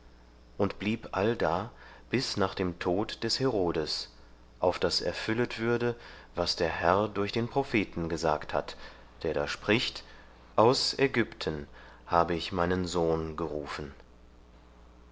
und blieb allda bis nach dem tod des herodes auf daß erfüllet würde was der herr durch den propheten gesagt hat der da spricht aus ägypten habe ich meinen sohn gerufen